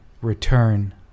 return